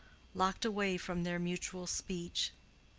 locked away from their mutual speech.